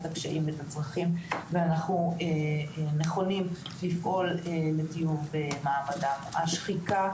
אני שמחה לפתוח את וועדת החינוך, התרבות והספורט.